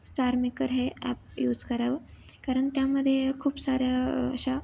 StarMaker हे app use करावं कारण त्यामध्ये खूप साऱ्या अशा